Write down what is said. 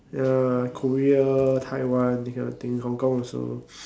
ya Korea Taiwan this kind of things Hong-Kong also